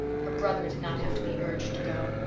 her brother did not have to be urged to go.